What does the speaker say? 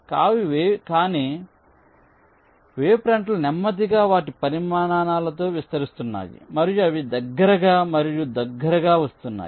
కాబట్టి వేవ్ ఫ్రంట్లు నెమ్మదిగా వాటి పరిమాణాలలో విస్తరిస్తున్నాయి మరియు అవి దగ్గరగా మరియు దగ్గరగా వస్తున్నాయి